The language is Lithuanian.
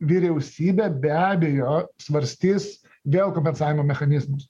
vyriausybė be abejo svarstys vėl kompensavimo mechanizmus